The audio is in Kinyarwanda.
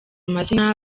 mazina